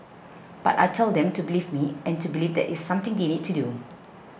but I tell them to believe me and to believe that it's something they need to do